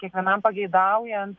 kiekvienam pageidaujant